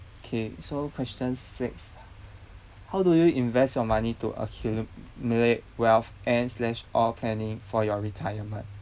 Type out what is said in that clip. okay so question six how do you invest your money to accumulate wealth and slash or planning for your retirement